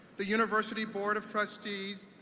the university board of trustees,